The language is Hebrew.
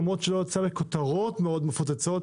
למרות שלא יצאו כותרות מאוד מפוצצות,